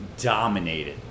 dominated